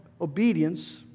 obedience